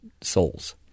souls